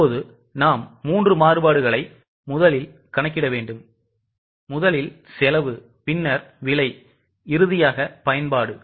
இப்போது நாம் 3 மாறுபாடுகளை முதலில் கணக்கிட வேண்டும் முதலில் செலவு பின்னர் விலை மற்றும் பயன்பாடு